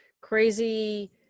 crazy